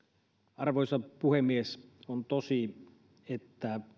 arvoisa puhemies on tosi että